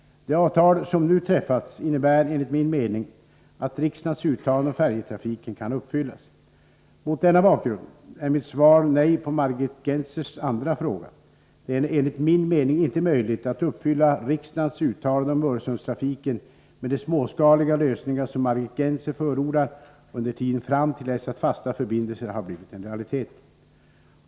De avtal som nu träffats innebär enligt min mening att riksdagens uttalande om färjetrafiken kan uppfyllas. Mot denna bakgrund är mitt svar på Margit Gennsers andra fråga nej. Det är enligt min mening inte möjligt att uppfylla riksdagens uttalande om Öresundstrafiken med de småskaliga lösningar som Margit Gennser förordar under tiden fram till dess att fasta förbindelser har blivit en realitet.